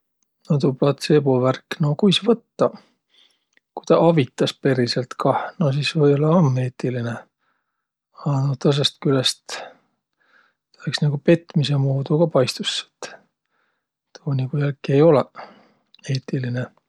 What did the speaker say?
No tuu platseebo värk, no kuis võttaq. Ku tä avitas periselt kah, no siis või-ollaq om eetiline. A no tõõsõst külest iks nigu petmise muudu ka paistus, et tuu nigu jälki ei olõq eetiline.